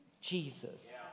Jesus